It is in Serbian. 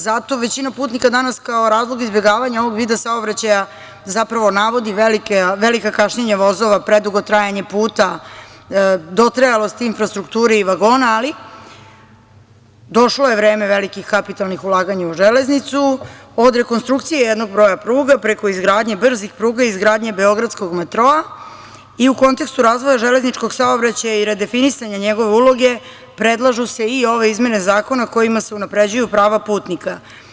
Zato većina putnika danas kao razlog izbegavanja ovog vida saobraćaja zapravo navodi velika kašnjenja vozova, predugo trajanje puta, dotrajalost infrastrukture i vagona, ali došlo je vreme velikih kapitalnih ulaganja u železnicu, od rekonstrukcije jednog broja pruga preko izgradnje brzih pruga i izgradnje beogradskog metroa i u kontekstu razvoja železničkog saobraćaja i redefinisanja njegove uloge predlažu se i ove izmene zakona, kojima se unapređuju prava putnika.